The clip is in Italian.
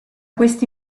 questi